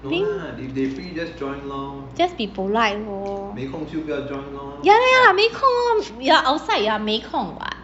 just be polite lor ya lor 没空 lor you're outside you're 没空 what